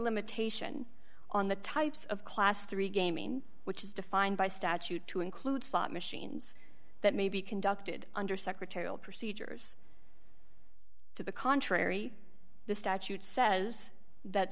limitation on the types of class three gaming which is defined by statute to include slot machines that may be conducted under secretarial procedures to the contrary the statute says that